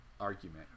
argument